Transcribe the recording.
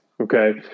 Okay